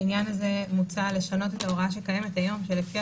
בעניין הזה מוצע לשנות את ההוראה שקיימת היום ולפיה